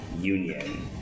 Union